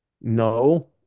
No